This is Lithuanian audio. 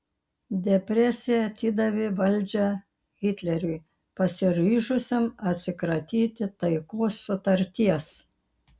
depresija atidavė valdžią hitleriui pasiryžusiam atsikratyti taikos sutarties